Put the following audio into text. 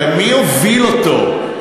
הרי מי הוביל אותו?